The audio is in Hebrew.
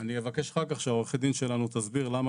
אני אבקש אחר כך שעורכת הדין שלנו תסביר למה